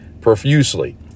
profusely